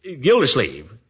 Gildersleeve